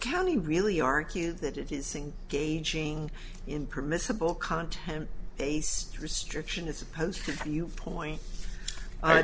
county really argue that it is saying gauging in permissible content based restriction as opposed to you point